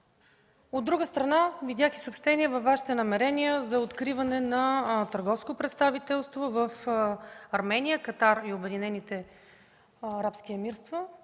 От друга страна, видях съобщения за Ваши намерения за откриване на търговско представителство в Армения, Катар и Обединените арабски емирства.